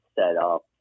setup